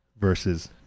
versus